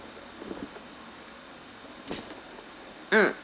mm